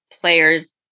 players